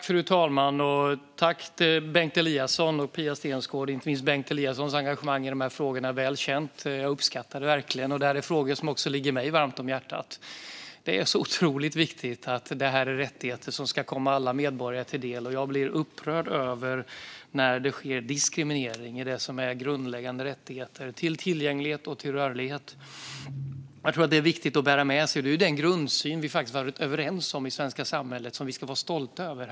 Fru talman! Tack till Bengt Eliasson och Pia Steensland! Inte minst Bengt Eliassons engagemang i de här frågorna är väl känt. Jag uppskattar det verkligen. Det här är frågor som ligger också mig varmt om hjärtat. Det är så otroligt viktigt att det här är rättigheter som ska komma alla medborgare till del. Jag blir upprörd när det sker diskriminering i det som är grundläggande rättigheter till tillgänglighet och till rörlighet. Jag tror att det är viktigt att bära med sig. Det är ju denna grundsyn som vi är överens om i det svenska samhället och som vi ska vara stolta över.